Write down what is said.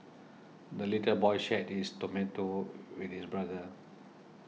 the little boy shared his tomato with his brother